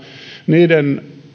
niiden